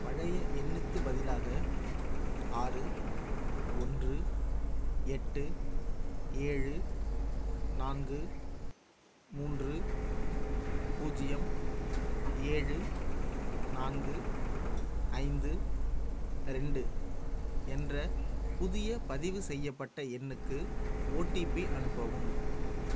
பழைய எண்ணுக்கு பதிலாக ஆறு ஒன்று எட்டு ஏழு நான்கு மூன்று பூஜ்யம் ஏழு நான்கு ஐந்து ரெண்டு என்ற புதிய பதிவுசெய்யப்பட்ட எண்ணுக்கு ஓடிபி அனுப்பவும்